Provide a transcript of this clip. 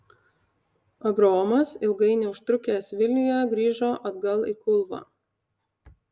abraomas ilgai neužtrukęs vilniuje grįžo atgal į kulvą